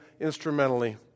instrumentally